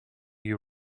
you